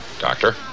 Doctor